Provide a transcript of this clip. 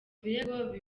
birego